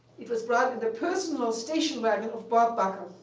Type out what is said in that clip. it was brought in the personal station wagon of bob bacher.